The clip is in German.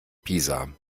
pisa